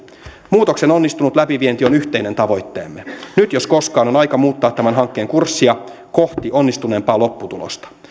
muutoksen onnistunut läpivienti on yhteinen tavoitteemme nyt jos koskaan on aika muuttaa tämän hankkeen kurssia kohti onnistuneempaa lopputulosta